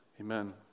amen